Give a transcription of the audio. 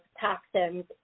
toxins